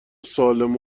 سالم